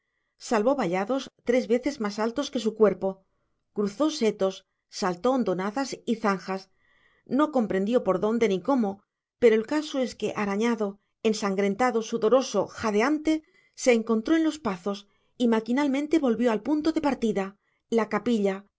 salvó vallados tres veces más altos que su cuerpo cruzó setos saltó hondonadas y zanjas no comprendió por dónde ni cómo pero el caso es que arañado ensangrentado sudoroso jadeante se encontró en los pazos y maquinalmente volvió al punto de partida la capilla